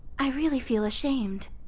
i really feel ashamed.